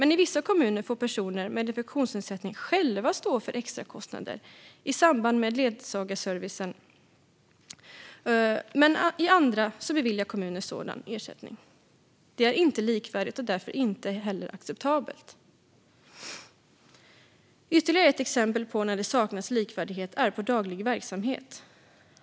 I vissa kommuner får personer med en funktionsnedsättning själva stå för extrakostnader i samband med ledsagarservicen medan andra beviljas sådan ersättning. Det är inte likvärdigt och därför inte heller acceptabelt. Ytterligare ett exempel på när det saknas likvärdighet är daglig verksamhet.